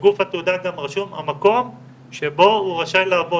בגוף התעודה גם רשום המקום שבו הוא רשאי לעבוד.